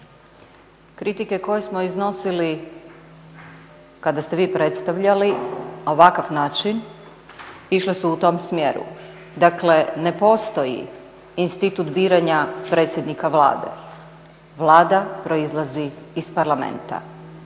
Kritike koje smo iznosili kada ste vi predstavljali ovakav način išle su u tom smjeru. Dakle, ne postoji institut biranja predsjednika Vlade, Vlada proizlazi iz Parlamenta.